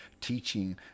teaching